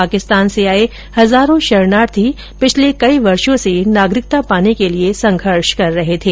पाकिस्तान से आए हजारों शरणार्थी पिछले कई वर्षो से नागरिकता पाने के लिए संघर्ष कर रहे थे